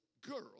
girl